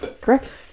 Correct